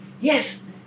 yes